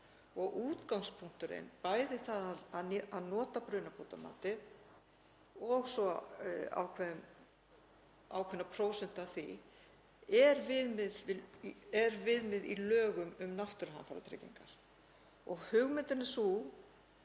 og útgangspunkturinn, bæði það að nota brunabótamatið og svo ákveðna prósentu af því, er viðmið í lögum um náttúruhamfaratryggingar. Hugmyndin er